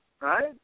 right